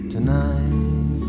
Tonight